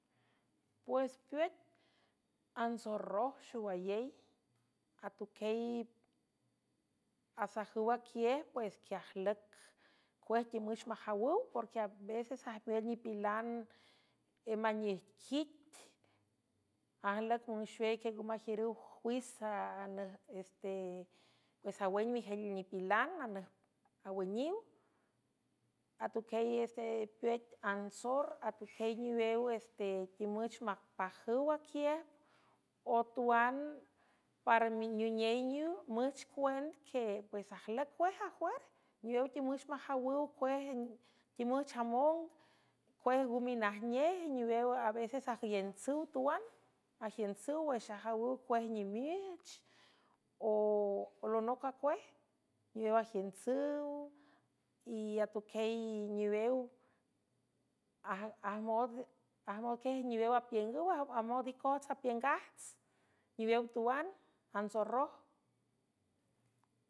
Pues peet antsorroj xowayey atuquiey asajüw aquiej pues queajlüc cuej timüch majawüw porque aveces ajmewel nipilan maniejquit ajlüc mnxweyque ngo majiürüw juizpues awün mijel nipilan nj awüniw atuquieysepue antsor atuquiey niwew stetimüch mapajüw aquiej o tuan para nuney müch cuend que pues ajlüc cuej ajuer niwew timüch majawüw timüch among cuej ngo minajnej niwew a veces ajüyentsüw tuan ajiüntsüw wüx ajawüw cuej nimich lonoc a cuej niwew ajiüntsüw y atuquiey niwew ajmon quiej niwew apiüngüw amod icoots apiüngajts niwew tuan antsorroj.